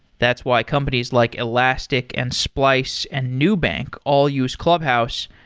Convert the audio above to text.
that's why companies like elastic and splice and nubank all use clubhouse.